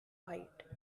white